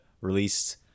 released